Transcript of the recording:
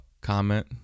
comment